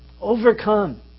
Overcome